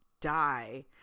Die